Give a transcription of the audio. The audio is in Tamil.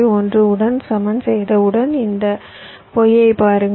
1 உடன் சமன் செய்தவுடன் இந்த y ஐ பாருங்கள்